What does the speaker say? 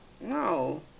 No